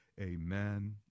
Amen